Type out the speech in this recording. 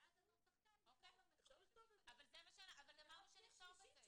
ואז הנוסח כאן בכלל לא --- אבל אמרנו שנכתוב את זה.